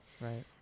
Right